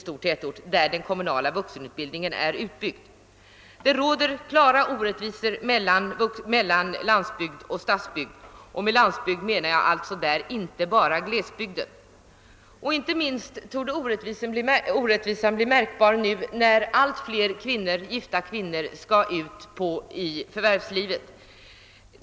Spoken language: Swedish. Det råder klara orättvisor mellan landsbygd och stadsbygd, och med landsbygd menar jag inte bara glesbygden. Inte minst torde orättvisan bli märkbar nu när allt fler gifta kvinnor skall ut i förvärvslivet.